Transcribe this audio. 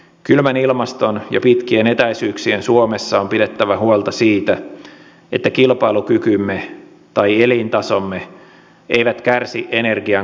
kylmän ilmaston ja pitkien etäisyyksien suomessa on pidettävä huolta siitä että kilpailukykymme tai elintasomme eivät kärsi energian korkeasta hinnasta